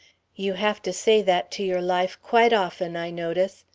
you have to say that to your life quite often, i notice.